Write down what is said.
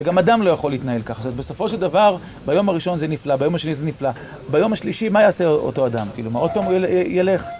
גם אדם לא יכול להתנהל ככה, בסופו של דבר ביום הראשון זה נפלא, ביום השני זה נפלא ביום השלישי מה יעשה אותו אדם, מה עוד פעם הוא ילך